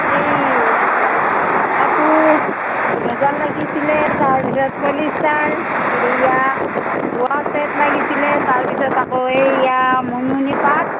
এই কাপোৰ মুগাৰ লাগিছিলে তাৰপিছত পলিষ্টাৰ এয়া বোৱা চেট লাগিছিলে তাৰপিছত আকৌ এইয়া মুনমুনী পাট